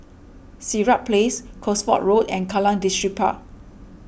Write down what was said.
Sirat Place Cosford Road and Kallang Distripark